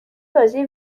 بازی